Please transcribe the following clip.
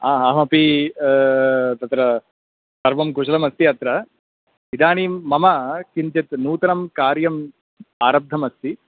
अहमपि अत्र सर्वं कुशलमस्मि अत्र इदानीं मम किञ्चित् नूतनं कार्यम् आरब्धमस्ति